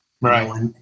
Right